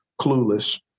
clueless